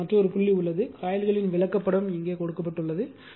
இங்கே மற்றொரு புள்ளியும் உள்ளது காயில்களின் விளக்கப்படம் இங்கே உள்ளது